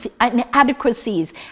inadequacies